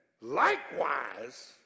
likewise